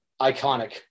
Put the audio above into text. Iconic